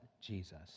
Jesus